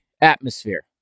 atmosphere